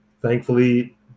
Thankfully